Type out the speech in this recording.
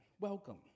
welcome